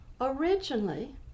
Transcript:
Originally